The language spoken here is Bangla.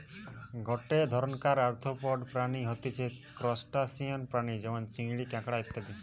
গটে ধরণকার আর্থ্রোপড প্রাণী হতিছে ত্রুসটাসিয়ান প্রাণী যেমন চিংড়ি, কাঁকড়া ইত্যাদি